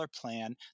plan